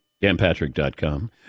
DanPatrick.com